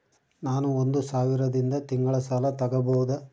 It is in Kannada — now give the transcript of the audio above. ನಾನು ಒಂದು ಸಾವಿರದಿಂದ ತಿಂಗಳ ಸಾಲ ತಗಬಹುದಾ?